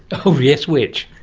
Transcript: oh yes? which?